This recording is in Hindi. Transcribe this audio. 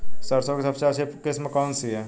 सरसों की सबसे अच्छी किस्म कौन सी है?